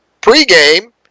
Pre-game